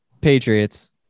Patriots